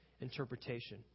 interpretation